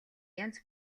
янз